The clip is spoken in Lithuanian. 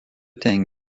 ten